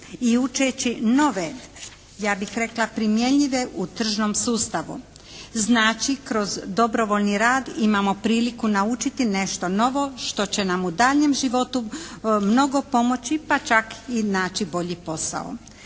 i učeći nove, ja bih rekla primjenjive u tržnom sustavu. Znači kroz dobrovoljni rad imamo priliku naučiti nešto novo što će nam u daljnjem životu mnogo pomoći pa čak i naći bolji posao.